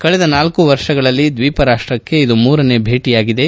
ಕಳೆದ ನಾಲ್ಲು ವರ್ಷಗಳಲ್ಲಿ ದ್ವೀಪ ರಾಷ್ಟಕ್ಕೆ ಇದು ಮೂರನೇ ಭೇಟಿಯಾಗಿದೆ